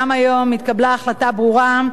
גם היום התקבלה החלטה ברורה,